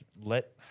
let